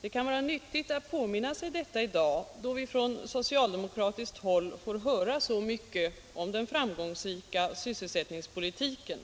Det kan vara nyttigt att påminna sig detta i dag då vi från socialdemokratiskt håll fått höra så mycket om den framgångsrika sysselsättningspolitiken.